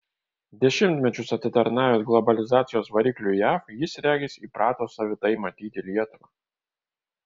dešimtmečius atitarnavęs globalizacijos varikliui jav jis regis įpratęs savitai matyti lietuvą